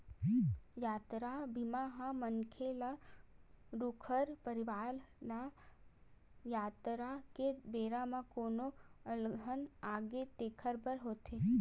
यातरा बीमा ह मनखे ल ऊखर परवार ल यातरा के बेरा म कोनो अलगन आगे तेखर बर होथे